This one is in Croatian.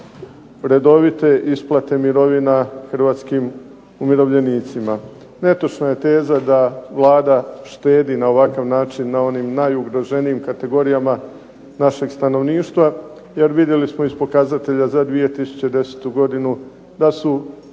redovite isplate mirovina hrvatskim umirovljenicima. Netočna je teza da Vlada štedi na ovakav način na onim najugroženijim kategorijama našeg stanovništva, jer vidjeli smo iz pokazatelja za 2010. godinu da su